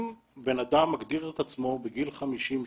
אם בן אדם מגדיר את עצמו בגיל 50,